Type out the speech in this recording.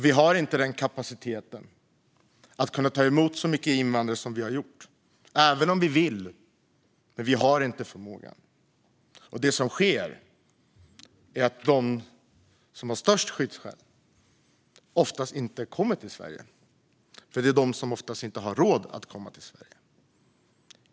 Vi har inte kapacitet att ta emot så många invandrare som vi har gjort. Även om vi vill har vi inte den förmågan. Det som sker är att de som har störst skyddsskäl oftast inte kommer till Sverige, för de har oftast inte råd att komma hit.